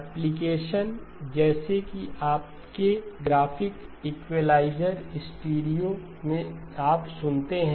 application जैसे की आपके ग्राफिक इक्वलाइज़र स्टीरियो में जिसे आप सुनते हैं